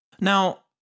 Now